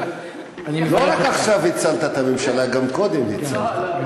לא רק עכשיו הצלת את הממשלה, גם קודם הצלת.